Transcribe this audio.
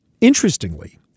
Interestingly